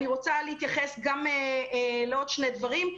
אני רוצה להתייחס גם לעוד שני דברים,